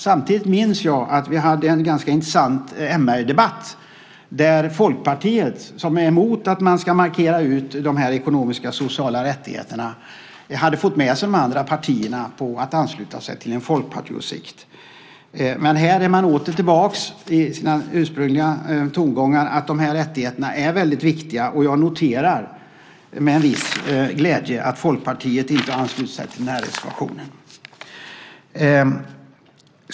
Samtidigt minns jag att vi hade en ganska intressant MR-debatt där Folkpartiet, som är emot att markera de ekonomiska och sociala rättigheterna, hade fått med sig de andra partierna på att ansluta sig till en folkpartiåsikt. Men här är man åter tillbaka i sina ursprungliga tongångar att rättigheterna är viktiga. Jag noterar med en viss glädje att Folkpartiet inte har anslutit sig till reservationen.